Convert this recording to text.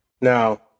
Now